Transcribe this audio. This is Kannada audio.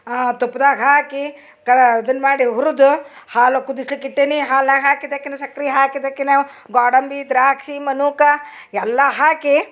ತುಪ್ದಾಗ ಹಾಕಿ ಕ ಅದನ್ನ ಮಾಡಿ ಹುರಿದು ಹಾಲು ಕುದಸ್ಲಿಕ್ಕೆ ಇಟ್ಟೀನಿ ಹಾಲ್ನಾಗ ಹಾಕಿದಕ್ಕಿನ ಸಕ್ಕರೆ ಹಾಕಿದಕ್ಕಿನವ ಗ್ವಾಡಂಬಿ ದ್ರಾಕ್ಷಿ ಮನೂಕ ಎಲ್ಲ ಹಾಕಿ